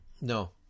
No